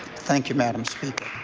thank you madam speaker.